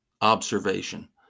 observation